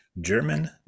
German